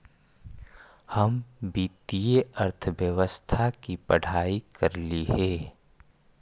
हम वित्तीय अर्थशास्त्र की पढ़ाई करली हे